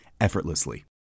effortlessly